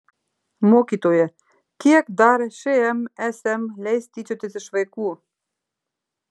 mokytoja kiek dar šmsm leis tyčiotis iš vaikų